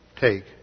Take